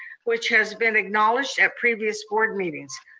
which has been acknowledged at previous board meetings.